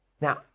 now